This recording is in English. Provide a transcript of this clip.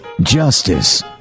justice